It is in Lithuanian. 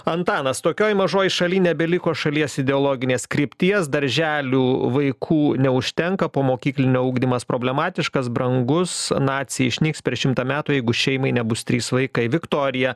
antanas tokioj mažoj šaly nebeliko šalies ideologinės krypties darželių vaikų neužtenka po mokyklinio ugdymas problematiškas brangus nacija išnyks per šimtą metų jeigu šeimai nebus trys vaikai viktorija